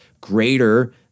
greater